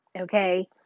okay